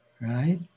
right